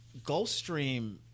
Gulfstream